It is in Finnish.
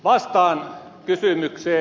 vastaan kysymykseen